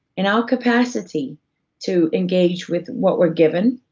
in our capacity to engage with what we're given,